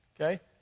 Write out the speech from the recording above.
Okay